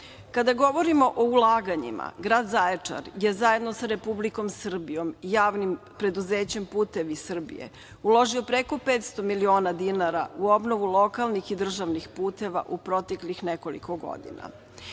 govorimo o ulaganjima, grad Zaječar je zajedno sa Republikom Srbijom, Javnim preduzećem „Putevi Srbije“ uložio preko 500 miliona dinara u obnovu lokalnih i državnih puteva u proteklih nekoliko godina.